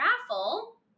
raffle